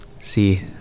see